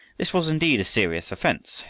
this was indeed a serious offense.